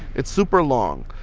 it's super long.